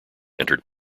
entered